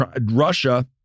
Russia